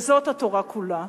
וזאת התורה כולה.